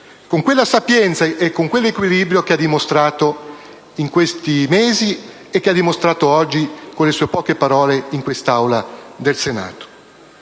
con quella sapienza e con quell'equilibrio che ha dimostrato in questi mesi e che ha dimostrato oggi con le sue poche parole nell'Aula del Senato.